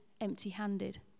empty-handed